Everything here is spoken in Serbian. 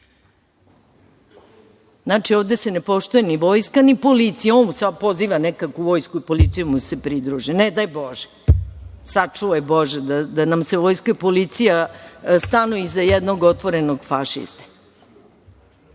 krvave. Znači, ovde se ne poštuje ni vojska, ni policija. On sad poziva nekakvu vojsku i policiju da mu se pridruže. Ne daj Bože! Sačuvaj Bože da nam vojska i policija stanu iza jednog otvorenog fašiste. Trideset